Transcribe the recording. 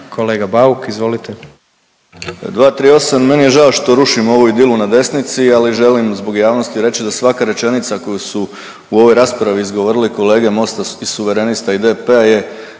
kolega Bulj izvolite.